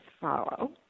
follow